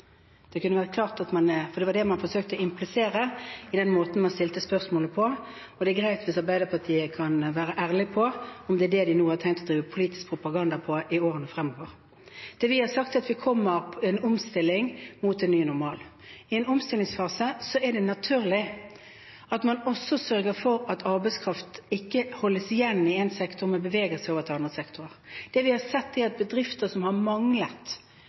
For det var det man forsøkte å implisere i den måten man stilte spørsmålet på. Det er greit hvis Arbeiderpartiet kan være ærlige på at det er det de har tenkt å drive politisk propaganda på i årene fremover. Det vi har sagt, er at det kommer en omstilling mot en ny normal. I en omstillingsfase er det naturlig at man også sørger for at arbeidskraft ikke holdes igjen i én sektor, men beveger seg over til andre sektorer. Det vi har sett, er at bedrifter som har manglet